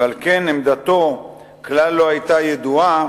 ועל כן עמדתו כלל לא היתה ידועה